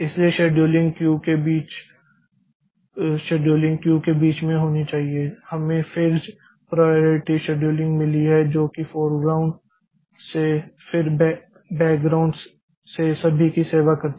इसलिए scheduling queue के बीच में होनी चाहिए हमें फिक्स्ड प्राइयारिटी शेड्यूलिंग मिली है जो कि फोरग्राउंड से फिर बैकग्राउंड से सभी की सेवा करती है